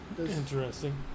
Interesting